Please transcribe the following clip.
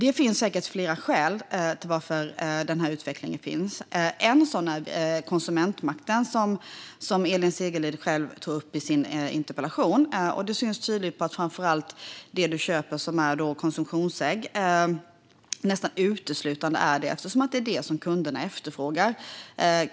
Det finns säkert flera skäl till att denna utveckling sker. Ett sådant är konsumentmakten, som Elin Segerlind själv tog upp i sin interpellation. Det syns tydligt framför allt på att de konsumtionsägg du köper nästan uteslutande är från frigående höns, eftersom det är det som kunderna efterfrågar.